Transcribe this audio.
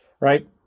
right